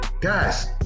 Guys